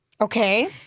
okay